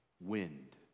wind